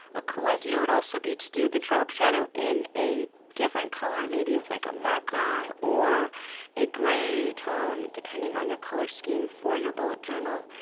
a cool idea would also be to do the drop shadow in a different color, maybe with like a marker, or a gray tone, depending on your color scheme for your bullet journal.